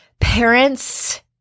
parents